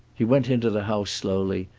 he went into the house slowly,